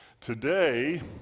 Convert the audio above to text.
Today